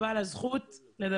על הכתבה.